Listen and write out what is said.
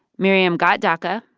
miriam got daca.